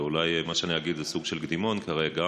ואולי מה שאני אגיד זה סוג של קדימון כרגע.